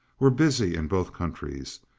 were busy in both countries,